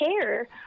care